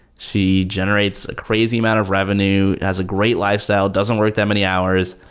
she generates a crazy amount of revenue. has a great lifestyle. doesn't work that many hours.